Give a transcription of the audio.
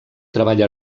treball